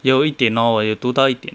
有一点 lor 我有读到一点